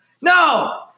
No